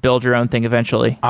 build your own thing eventually?